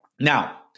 Now